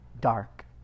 dark